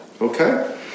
okay